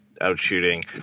out-shooting